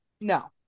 no